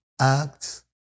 acts